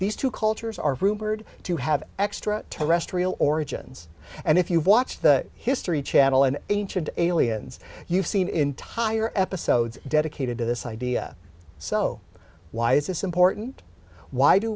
these two cultures are rumored to have extra terrestrial origins and if you've watched the history channel an ancient aliens you've seen entire episodes dedicated to this idea so why is this important why do